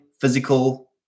physical